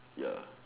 ya